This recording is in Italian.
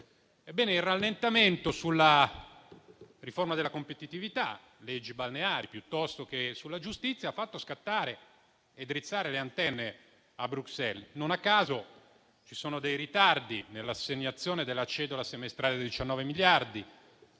Ebbene, il rallentamento sulla riforma della competitività (leggi balneari) piuttosto che sulla giustizia ha fatto scattare e drizzare le antenne a Bruxelles. Non a caso, ci sono ritardi nell'assegnazione della cedola semestrale da 19 miliardi,